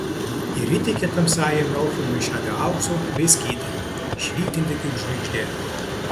ir įteikė tamsiajam elfui maišelį aukso bei skydą švytintį kaip žvaigždė